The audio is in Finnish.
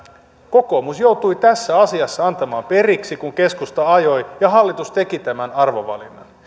kokoomus joutui tässä asiassa antamaan periksi kun keskusta ajoi ja hallitus teki tämän arvovalinnan